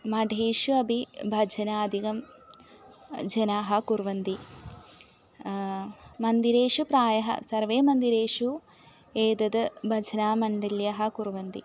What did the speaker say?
मठेषु अपि भजनादिकं जनाः कुर्वन्ति मन्दिरेषु प्रायः सर्वे मन्दिरेषु एतद् भजनमण्डल्यः कुर्वन्ति